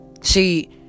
see